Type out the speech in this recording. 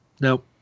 no